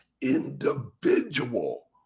individual